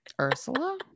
Ursula